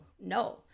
no